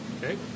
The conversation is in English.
Okay